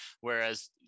whereas